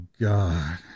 God